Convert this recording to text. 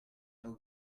how